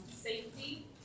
Safety